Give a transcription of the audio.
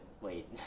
Wait